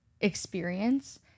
experience